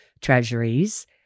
treasuries